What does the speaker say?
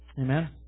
Amen